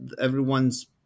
everyone's